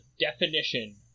definition